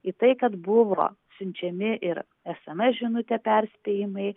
į tai kad buvo siunčiami ir sms žinute perspėjimai